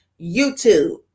YouTube